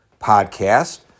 podcast